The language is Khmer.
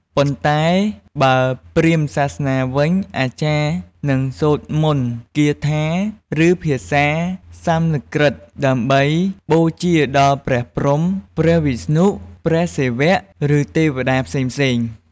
ប៉ុន្តែបើព្រហ្មញ្ញសាសនាវិញ អាចារ្យនឹងសូត្រមន្តគាថា ឬភាសាសំស្ក្រឹត ដើម្បីបូជាដល់ព្រះព្រហ្ម ព្រះវិស្ណុ ព្រះសិវៈ ឬទេវតាផ្សេងៗ។